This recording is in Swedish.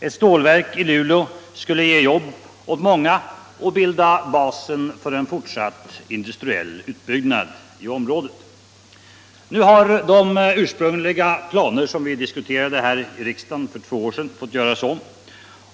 Ett stålverk i Luleå skulle ge jobb åt många och bilda basen för en fortsatt industriell utbyggnad i området. Nu har de ursprungliga planer som vi diskuterade här i riksdagen för två år sedan fått göras om.